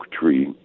tree